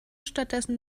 stattdessen